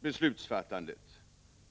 beslutsfattandet.